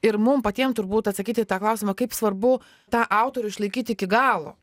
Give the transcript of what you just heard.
ir mum patiem turbūt atsakyti į klausimą kaip svarbu tą autorių išlaikyti iki galo